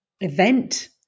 event